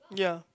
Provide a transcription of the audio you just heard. ya